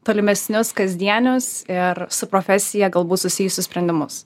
tolimesnius kasdienius ir su profesija galbūt susijusius sprendimus